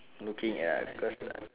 looking at cause at